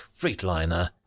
Freightliner